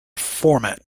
format